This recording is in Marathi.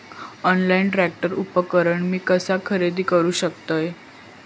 ऑनलाईन ट्रॅक्टर उपकरण मी कसा खरेदी करू शकतय?